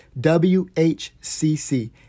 WHCC